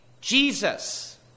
Jesus